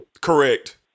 Correct